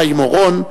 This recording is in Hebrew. חיים אורון,